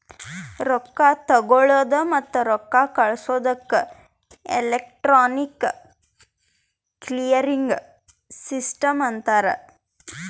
ರೊಕ್ಕಾ ತಗೊಳದ್ ಮತ್ತ ರೊಕ್ಕಾ ಕಳ್ಸದುಕ್ ಎಲೆಕ್ಟ್ರಾನಿಕ್ ಕ್ಲಿಯರಿಂಗ್ ಸಿಸ್ಟಮ್ ಅಂತಾರ್